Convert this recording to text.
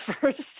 first